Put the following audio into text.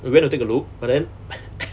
we went to take a look but then